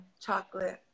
chocolate